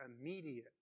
immediate